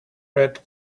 read